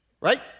right